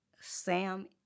Sam